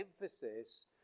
emphasis